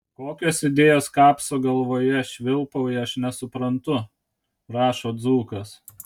kokios idėjos kapso galvoje švilpauja aš nesuprantu rašo dzūkas